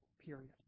period